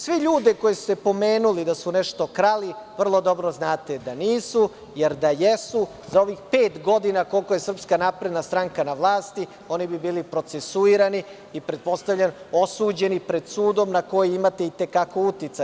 Sve ljude koje ste pomenuli da su nešto krali vrlo dobro znate da nisu, jer da jesu za ovih pet godina koliko je SNS na vlasti oni bi bili procesuirani i pretpostavljam osuđeni pred sudom na koji imate i te kako uticaj.